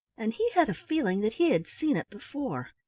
and he had a feeling that he had seen it before.